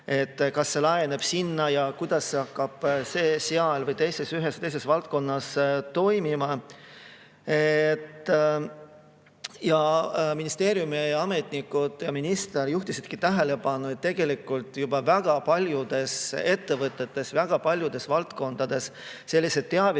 kas see laieneb sinna ja kuidas hakkab see ühes või teises valdkonnas toimima. Ministeeriumi ametnikud ja minister juhtisid tähelepanu, et tegelikult on väga paljudes ettevõtetes, väga paljudes valdkondades sellise teavitamise